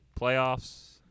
playoffs